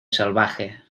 salvaje